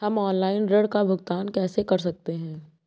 हम ऑनलाइन ऋण का भुगतान कैसे कर सकते हैं?